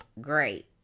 great